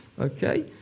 Okay